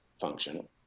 function